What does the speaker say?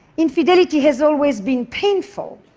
infidelity has always been painful,